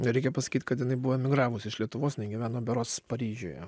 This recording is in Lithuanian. reikia pasakyt kad jinai buvo emigravus iš lietuvos jinai gyveno berods paryžiuje